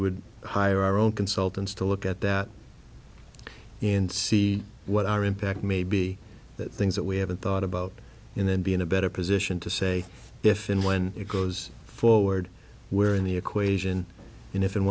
would hire our own consultants to look at that and see what our impact may be that things that we haven't thought about and then be in a better position to say if and when it goes forward where in the equation and if and